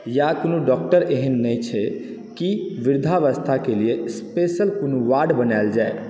या कोनो डॉक्टर एहन नहि छै की वृद्धावस्थाके लिए स्पेशल कोनो वार्ड बनायल जाय